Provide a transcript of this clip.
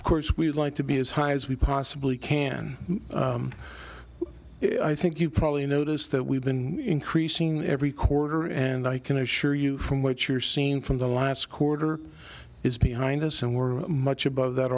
of course we'd like to be as high as we possibly can i think you've probably noticed that we've been increasing every quarter and i can assure you from what you're seeing from the last quarter is behind us and we're much above that